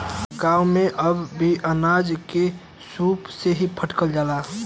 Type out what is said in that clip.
गांव में अब भी अनाज के सूप से ही फटकल जाला